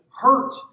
hurt